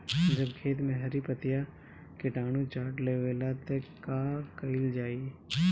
जब खेत मे हरी पतीया किटानु चाट लेवेला तऽ का कईल जाई?